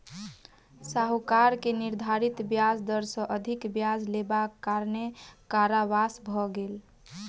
साहूकार के निर्धारित ब्याज दर सॅ अधिक ब्याज लेबाक कारणेँ कारावास भ गेल